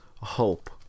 hope